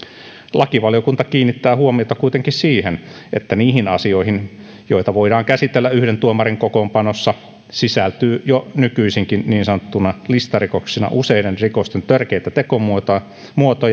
lakivaliokunta kiinnittää huomiota kuitenkin siihen että niihin asioihin joita voidaan käsitellä yhden tuomarin kokoonpanossa sisältyy jo nykyisinkin niin sanottuina listarikoksina useiden rikosten törkeitä tekomuotoja